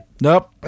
Nope